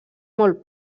molt